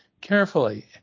carefully